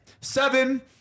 seven